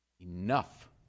Enough